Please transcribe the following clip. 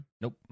Nope